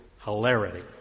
hilarity